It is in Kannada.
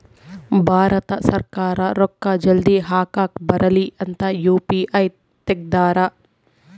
ಭಾರತ ಸರ್ಕಾರ ರೂಕ್ಕ ಜಲ್ದೀ ಹಾಕಕ್ ಬರಲಿ ಅಂತ ಯು.ಪಿ.ಐ ತೆಗ್ದಾರ